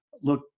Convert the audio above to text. look